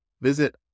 Visit